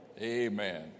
Amen